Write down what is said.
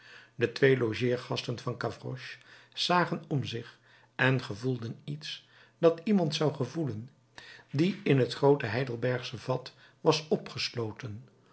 de twee logeergasten van gavroche zagen om zich en gevoelden iets dat iemand zou gevoelen die in het groote heidelbergsche vat was opgesloten